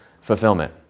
fulfillment